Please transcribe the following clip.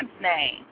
name